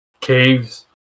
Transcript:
caves